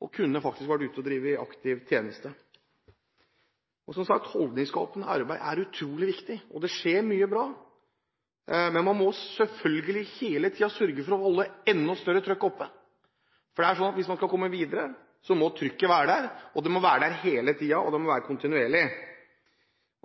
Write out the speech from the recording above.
faktisk kunne vært ute og drevet aktiv tjeneste. Som sagt er holdningsskapende arbeid utrolig viktig. Det skjer mye bra, men man må selvfølgelig hele tiden sørge for å holde et enda større trykk oppe, for det er slik at hvis man skal komme videre, må trykket være der. Det må være der hele tiden, det må være kontinuerlig.